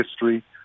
history